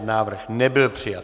Návrh nebyl přijat.